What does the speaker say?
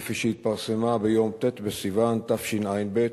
כפי שהתפרסמה ביום ט' בסיוון תשע"ב,